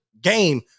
game